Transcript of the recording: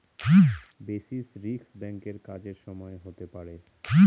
basis risk ব্যাঙ্কের কাজের সময় হতে পারে